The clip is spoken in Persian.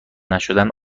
نشدن